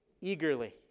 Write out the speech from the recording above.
eagerly